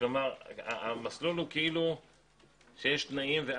המסלול הוא שיש תנאים,